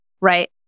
right